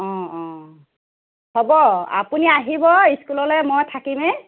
অঁ অঁ হ'ব আপুনি আহিব ইস্কুললে মই থাকিমেই